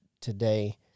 today